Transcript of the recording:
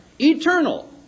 eternal